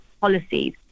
policies